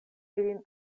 ilin